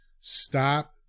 Stop